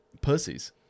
pussies